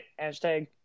hashtag